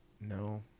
no